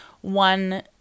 one